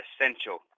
essential